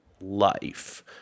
life